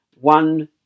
one